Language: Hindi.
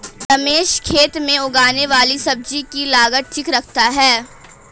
रमेश खेत में उगने वाली सब्जी की लागत ठीक रखता है